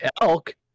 elk